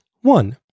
one